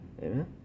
amen